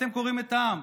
אתם קורעים את העם.